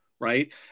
Right